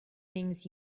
things